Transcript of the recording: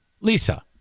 Lisa